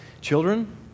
children